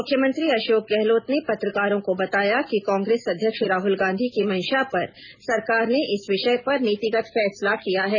मुख्यमंत्री अषोक गहलोत ने पत्रकारों को बताया कि कांग्रेस अध्यक्ष राहुल गांधी की मंषा पर सरकार ने इस विषय पर नीतिगत फैसला किया है